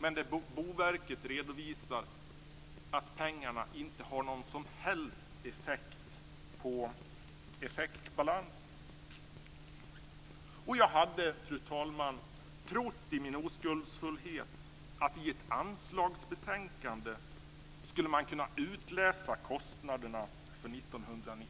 Men Boverket redovisar att pengarna inte har någon som helst inverkan på effektbalansen. Jag hade, fru talman, trott i min oskuldsfullhet att i ett anslagsbetänkande skulle man kunna utläsa kostnaderna för 1999.